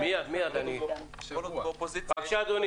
בבקשה.